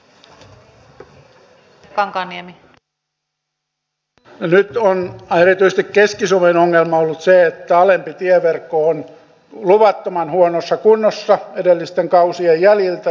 nyt on erityisesti keski suomen ongelma ollut se että alempi tieverkko on luvattoman huonossa kunnossa edellisten kausien jäljiltä